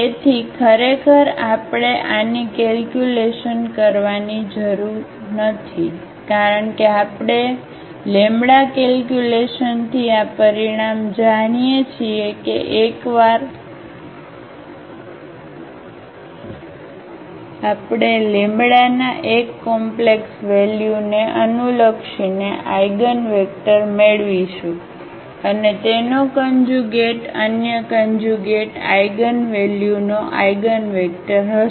તેથી ખરેખર આપણે આની કેલ્ક્યુલેશન કરવાની જરૂર નથી કારણ કે આપણે કેલ્ક્યુલેશનથી આ પરિણામ જાણીએ છીએ કે એકવાર આપણે ના એક કોમ્પ્લેક્સ વેલ્યુને અનુલક્ષીને આઇગનવેક્ટર મેળવીશું અને તેનો કન્જ્યુગેટ અન્ય કન્જ્યુગેટ આઇગનવેલ્યુનો આઇગનવેક્ટર હશે